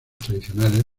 tradicionales